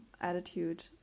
attitude